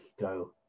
go